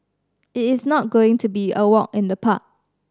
it is not going to be a walk in the park